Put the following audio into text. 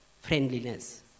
friendliness